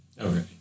Okay